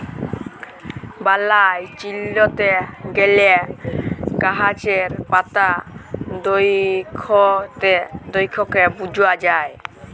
বালাই চিলতে গ্যালে গাহাচের পাতা দ্যাইখে বুঝা যায়